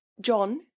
john